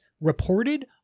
reported